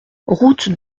route